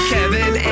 Kevin